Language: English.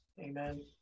amen